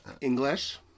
English